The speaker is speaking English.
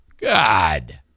God